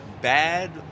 bad